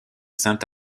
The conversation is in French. sainte